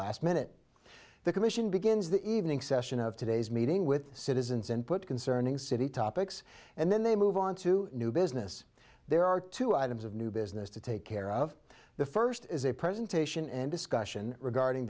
last minute the commission begins the evening session of today's meeting with citizens input concerning city topics and then they move on to new business there are two items of new business to take care of the first is a presentation and discussion regarding